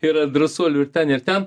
yra drąsuolių ir ten ir ten